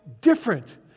different